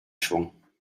schwung